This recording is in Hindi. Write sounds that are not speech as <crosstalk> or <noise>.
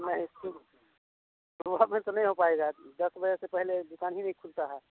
नहीं <unintelligible> तो नहीं हो पाएगा नहीं हो पाएगा दस बजे से पहले दुकान ही नहीं खुलता है